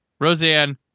Roseanne